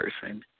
person